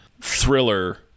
thriller